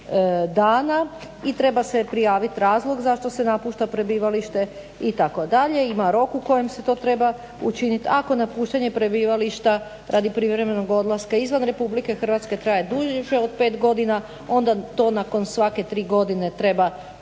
dana i treba se prijaviti razlog zašto se napušta prebivalište itd. Ima rok u kojem se to treba učiniti. Ako napuštanje prebivališta radi privremenog odlaska izvan RH traje duže od 5 godina, onda to nakon svake tri godine treba ponovno